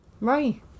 Right